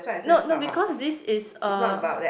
no no because this is a